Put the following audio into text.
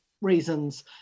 reasons